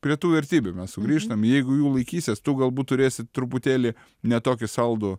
prie tų vertybių mes sugrįžtam jeigu jų laikysies tu galbūt turėsi truputėlį ne tokį saldų